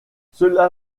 cela